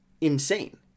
insane